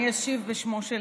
זה מה שרצית?